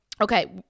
Okay